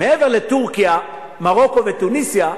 מעבר לטורקיה, מרוקו ותוניסיה,